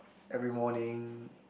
every morning